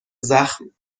زخم